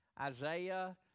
Isaiah